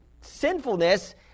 sinfulness